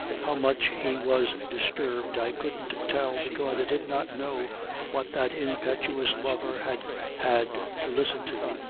how much he was disturbed i couldn't tell because i did not know what that impetuous lover had had to listen to.